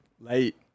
Late